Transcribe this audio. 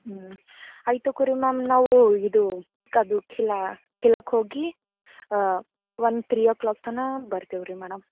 ಹ್ಞೂ ಆಯ್ತು ತಕೊ ರಿ ಮ್ಯಾಮ್ ನಾವು ಇದು ಅದು ಕಿಲಾ ಕಿಲಾಕ್ಕೆ ಹೋಗಿ ಒಂದು ತ್ರೀ ಓ ಕ್ಲಾಕ್ ತನಕ ಬರ್ತೀವಿ ರೀ ಮೇಡಮ್